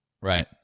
Right